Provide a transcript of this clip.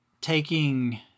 taking